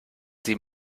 sie